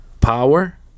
power